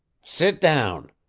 sit down,